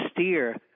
steer